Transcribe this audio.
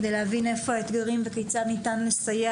כדי להבין איפה האתגרים וכיצד ניתן לסייע